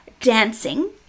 dancing